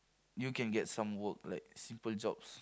you can get some work like simple jobs